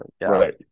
right